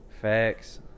facts